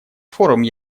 форум